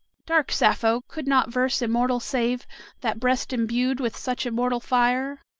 dark sappho! could not verse immortal save that breast imbued with such immortal fire?